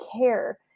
care